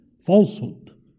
falsehood